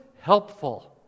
helpful